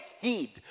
heed